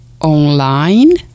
online